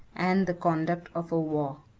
and the conduct of a war.